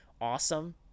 awesome